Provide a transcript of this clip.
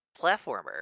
platformer